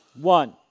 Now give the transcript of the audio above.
one